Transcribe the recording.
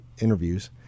interviews